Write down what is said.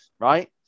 right